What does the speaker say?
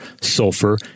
sulfur